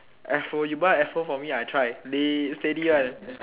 afro you buy afro for me I try steady one